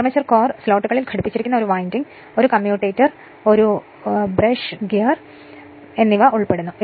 armature core സ്ലോട്ടുകളിൽ ഘടിപ്പിച്ചിരിക്കുന്ന ഒരു വൈൻഡിംഗ് ഒരു കമ്മ്യൂട്ടേറ്റർ ഒരു ബ്രഷ് ഗിയർ എന്നിവ ഉൾപ്പെടുന്നു